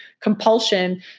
compulsion